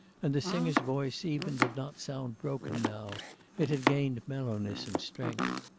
and the singer's voice even did not sound broken now it had gained mellowness and strength.